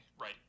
right